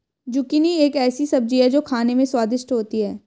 zucchini एक ऐसी सब्जी है जो खाने में स्वादिष्ट होती है